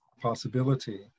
possibility